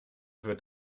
für